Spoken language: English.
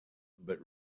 but